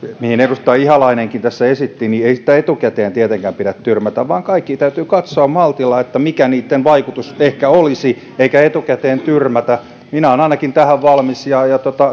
edustaja ihalainenkin tässä esitti ei etukäteen tietenkään pidä tyrmätä kaikki täytyy katsoa maltilla sen suhteen mikä niitten vaikutus ehkä olisi eikä pidä etukäteen tyrmätä minä ainakin olen tähän valmis ja ja